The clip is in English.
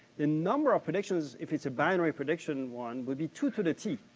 the number of predictions, if it's a binary prediction one, would be two to the t.